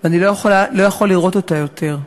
ואני לא יכול לראות אותה יותר,